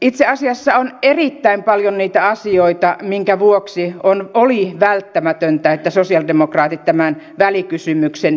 itse asiassa on erittäin paljon niitä asioita minkä vuoksi oli välttämätöntä että sosialidemokraatit tämän välikysymyksen tekivät